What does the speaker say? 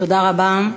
תודה רבה.